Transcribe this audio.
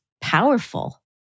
powerful